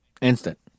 Instant